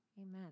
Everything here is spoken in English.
Amen